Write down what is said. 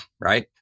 right